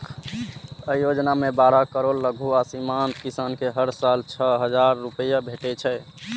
अय योजना मे बारह करोड़ लघु आ सीमांत किसान कें हर साल छह हजार रुपैया भेटै छै